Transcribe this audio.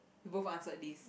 we both answered this